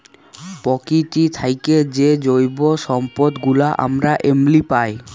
পকিতি থ্যাইকে যে জৈব সম্পদ গুলা আমরা এমলি পায়